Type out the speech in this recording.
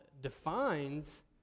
defines